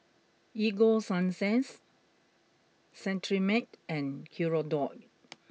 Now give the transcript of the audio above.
Ego Sunsense Cetrimide and Hirudoid